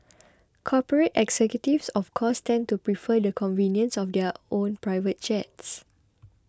corporate executives of course tend to prefer the convenience of their own private jets